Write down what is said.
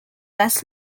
best